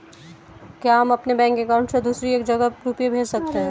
क्या हम अपने बैंक अकाउंट से दूसरी जगह रुपये भेज सकते हैं?